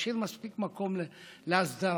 להשאיר מספיק מקום להסדרה.